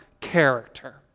character